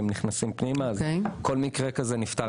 כל מקרה כזה נפתר.